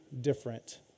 different